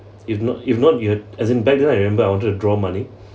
if not if not you have as in bank right I wanted to withdraw money